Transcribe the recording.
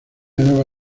nueva